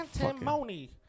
antimony